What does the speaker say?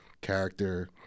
character